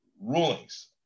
rulings